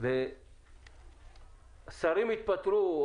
שרים התפטרו,